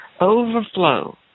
overflow